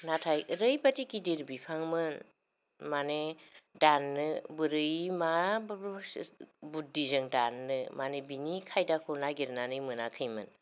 नाथाय ओरैबायदि गिदिर बिफांमोन माने दाननो बोरै मा बो बुद्धिजों दाननो बिनि खायदाखौ नागिरनानै मोनाखैमोन